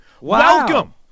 Welcome